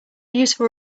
useful